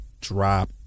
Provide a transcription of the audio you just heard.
drop